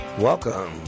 Welcome